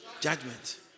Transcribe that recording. judgment